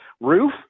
roof